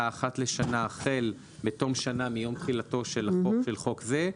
אחת לשנה החל מיום שנה מיום תחילתו של חוק זה.